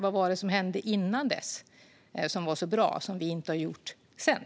Vad var det som hände innan dess som var så bra som vi inte har gjort sedan?